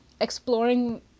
exploring